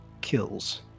kills